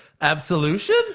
Absolution